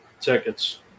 tickets